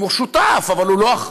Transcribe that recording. הוא שותף, אבל הוא לא אחראי.